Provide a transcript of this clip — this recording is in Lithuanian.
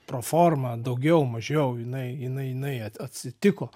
proforma daugiau mažiau jinai jinai jinai atsitiko